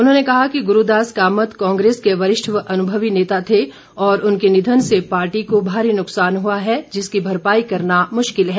उन्होंने कहा कि गुरूदास कामत कांग्रेस के वरिष्ठ व अनुभवी नेता थे और उनके निधन से पार्टी को भारी नुकसान हुआ है जिसकी भरपाई करना मुश्किल है